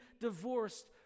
divorced